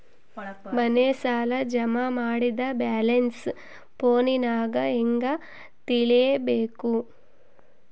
ಮನೆ ಸಾಲ ಜಮಾ ಮಾಡಿದ ಬ್ಯಾಲೆನ್ಸ್ ಫೋನಿನಾಗ ಹೆಂಗ ತಿಳೇಬೇಕು?